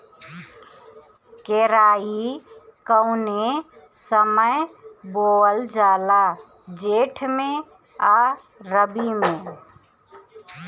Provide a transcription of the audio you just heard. केराई कौने समय बोअल जाला जेठ मैं आ रबी में?